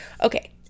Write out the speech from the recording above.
okay